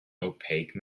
opaque